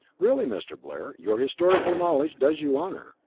really, mr. blair, your historical knowledge does you honour.